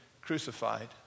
crucified